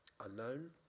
unknown